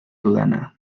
dudana